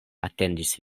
atendis